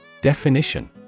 Definition